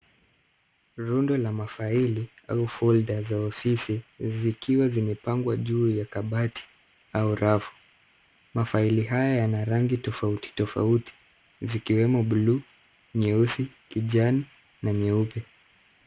Rundo la mafaili au folder za ofisi, zikiwa zimepangwa juu ya kabati au rafu. Mafaili haya yana rangi tofautitofauti, zikiwemo bluu, nyeusi, kijani na nyeupe.